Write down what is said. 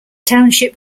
township